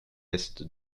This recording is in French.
est